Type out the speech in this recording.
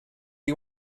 you